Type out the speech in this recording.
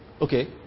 Okay